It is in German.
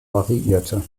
variierte